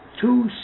two